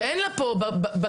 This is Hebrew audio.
שאין להם תמיכה בכנסת,